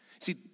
See